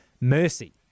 Mercy